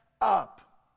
up